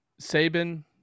Saban